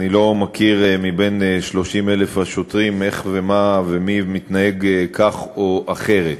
אני לא מכיר מבין 30,000 השוטרים איך ומה ומי מתנהג כך או אחרת.